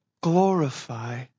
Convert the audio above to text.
glorify